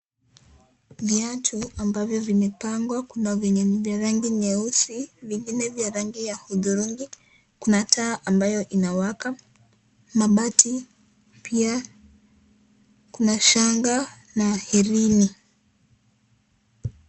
Viatu ambavyo vimepangwa kuna vyenye rangi nyeusi, vingine ya rangi ya hudhurungi, kuna taa ambayo inawaka, kuna mabati, pia kuna shanga na herini.